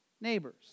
neighbors